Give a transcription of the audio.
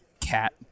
cat